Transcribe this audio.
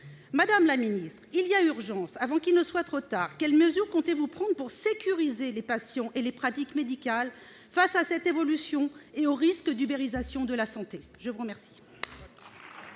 Madame la ministre, il y a urgence ! Avant qu'il ne soit trop tard, quelles mesures comptez-vous prendre pour sécuriser les patients et les pratiques médicales face à cette évolution et au risque d'ubérisation de la santé ? La parole